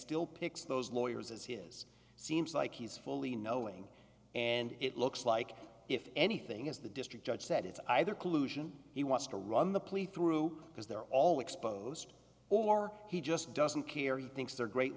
still picks those lawyers as he is seems like he's fully knowing and it looks like if anything is the district judge that it's either collusion he wants to run the police through because they're all exposed or he just doesn't care thinks they're great